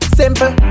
simple